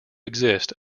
exist